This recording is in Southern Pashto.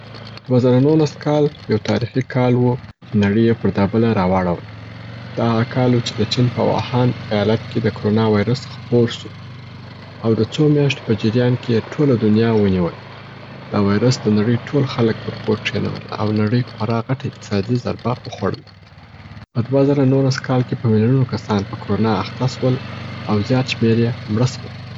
دوه زره نولس کال یو تاریخي کال و چې نړۍ یې پر دا بله را واړول. دا هغه کال و چې د چین په وهان ایالت کې د کرونا ویرس خپور سو، او د څو میاشتو په جریان کې یې ټوله دونیا ونیول. دا ویرس د نړۍ ټول خلګ پر کور کښینول او نړۍ خورا غټه اقتصادي زربه وخوړل. په دوه زره نولس کال کې په میلیونونو کسان په کرونا اخته سول او زیات شمیر یې مړه سول.